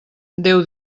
déu